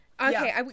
Okay